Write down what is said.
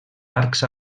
arcs